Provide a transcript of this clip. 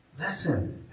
Listen